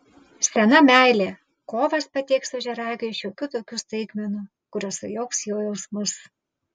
sena meilė kovas pateiks ožiaragiui šiokių tokių staigmenų kurios sujauks jo jausmus